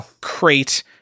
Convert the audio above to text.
crate